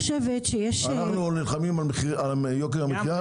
אנחנו נלחמים על יוקר המחייה,